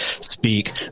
speak